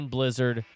Blizzard